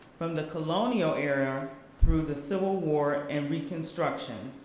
from the colonial era through the civil war and reconstruction,